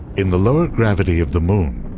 in the lower gravity of the moon,